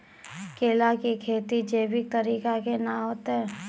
केला की खेती जैविक तरीका के ना होते?